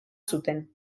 zuten